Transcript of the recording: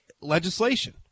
legislation